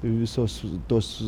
visos tos